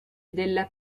della